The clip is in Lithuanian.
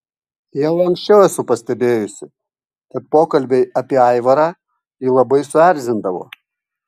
jau anksčiau esu pastebėjusi kad pokalbiai apie aivarą jį labai suerzindavo